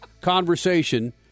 conversation